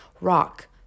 Rock